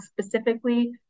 specifically